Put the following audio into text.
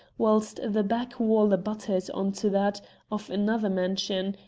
whilst the back wall abutted on to that of another mansion,